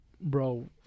Bro